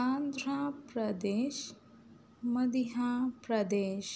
Andhra Pradesh Madhya Pradesh